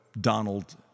Donald